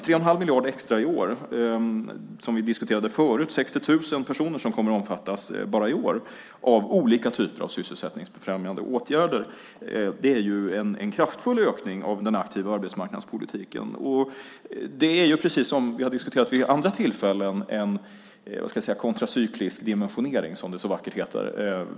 3 1⁄2 miljard extra i år och, som vi diskuterade förut, 60 000 personer som kommer att omfattas bara i år av olika typer av sysselsättningsfrämjande åtgärder är en kraftfull ökning av den aktiva arbetsmarknadspolitiken. Det är precis som vi har diskuterat vid andra tillfällen en kontracyklisk dimensionering, som det så vackert heter.